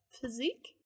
Physique